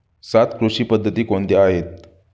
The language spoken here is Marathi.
सात कृषी पद्धती कोणत्या आहेत?